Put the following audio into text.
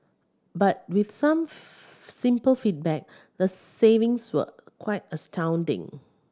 but with some simple feedback the savings were quite astounding